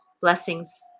Blessings